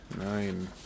nine